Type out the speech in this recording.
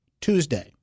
Tuesday